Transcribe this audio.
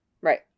right